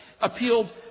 appealed